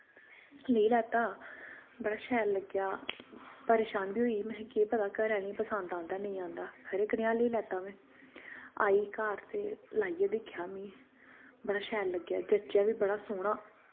लेई लैत्ता बड़ा शैल लग्गेआ परेशान बी होई महैं केह् पता घरै आह्लें पसंद आंदा नेईं आंदा खरै कनेहा लेई लैत्ता में आई घर ते लाईयै दिक्खेआ में बड़ा शैल लग्गेआ जचेआ बी बड़ा सोह्ना